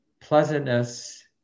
pleasantness